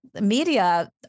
media